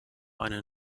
eine